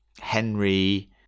Henry